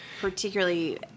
Particularly